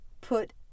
put